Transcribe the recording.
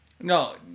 No